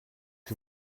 que